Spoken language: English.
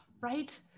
Right